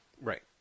Right